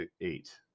eight